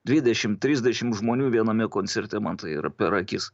dvidešim trisdešim žmonių viename koncerte man tai yra per akis